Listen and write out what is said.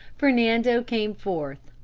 fernando came forth,